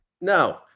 No